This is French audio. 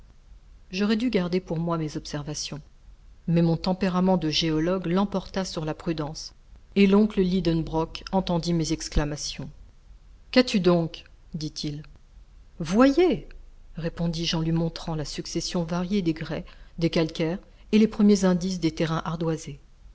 j'aurais dû garder pour moi mes observations mais mon tempérament de géologue l'emporta sur la prudence et l'oncle lidenbrock entendit mes exclamations qu'as-tu donc dit-il voyez répondis-je en lui montrant la succession variée des grès des calcaires et les premiers indices des terrains ardoisés